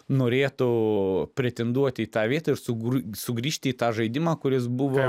norėtų pretenduoti į tą vietą ir sugru sugrįžti į tą žaidimą kuris buvo